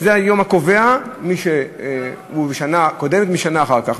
זה היום הקובע מי בשנה הקודמת ומי בשנה אחר כך.